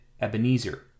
Ebenezer